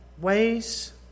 ways